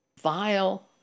vile